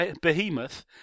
behemoth